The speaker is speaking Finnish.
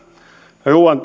ruuan